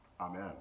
Amen